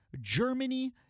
germany